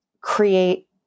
create